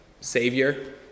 savior